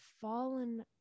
fallen